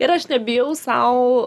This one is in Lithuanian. ir aš nebijau sau